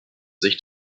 sicht